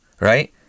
right